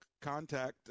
contact